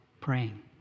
praying